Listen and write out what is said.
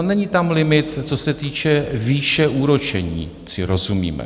No není tam limit, co se týče výše úročení, ať si rozumíme.